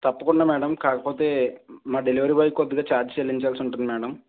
తప్పకుండా మ్యాడమ్ కాకపోతే మా డెలివరీ బాయ్కి కొద్దిగా ఛార్జ్ చెల్లించాల్సి ఉంటుంది మ్యాడమ్